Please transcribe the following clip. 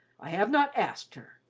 i have not asked her,